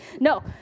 No